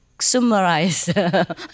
summarize